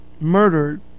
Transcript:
murdered